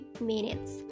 minutes